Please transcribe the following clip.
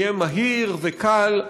יהיה מהיר וקל,